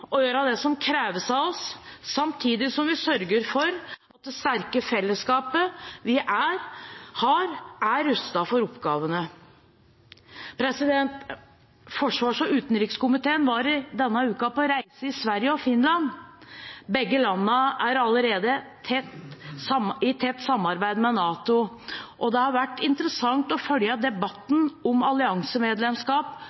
gjøre det som kreves av oss, samtidig som vi sørger for at det sterke fellesskapet vi har, er rustet for oppgavene. Forsvars- og utenrikskomiteen var denne uken på reise i Sverige og Finland. Begge landene har allerede tett samarbeid med NATO, og det har vært interessant å følge